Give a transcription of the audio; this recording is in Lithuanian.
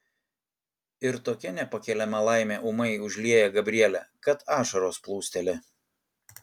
ir tokia nepakeliama laimė ūmai užlieja gabrielę kad ašaros plūsteli